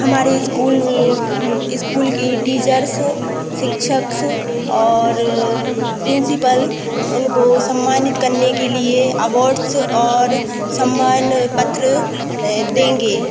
हमारे school school की teachers शिक्षक और प्रिंसिपल उनको सम्मानित करने करने के लिए अवार्ड्स और सम्मान पात्र देंगे